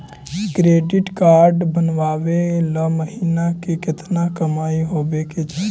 Credit card बनबाबे ल महीना के केतना कमाइ होबे के चाही?